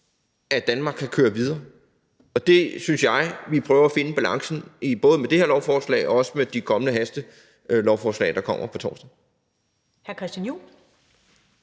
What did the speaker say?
at Danmark kan køre videre, og det synes jeg vi prøver at finde balancen på, både med det her lovforslag og også med de kommende hastelovforslag, der kommer på torsdag.